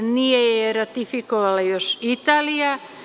Nije je ratifikovala još Italija.